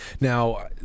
Now